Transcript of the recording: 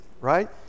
right